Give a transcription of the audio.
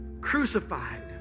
crucified